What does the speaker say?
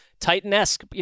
Titan-esque